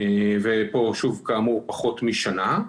וכאן כאמור אנחנו פחות משנה,